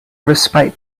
respite